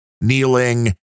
kneeling